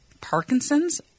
Parkinson's